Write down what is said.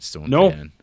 No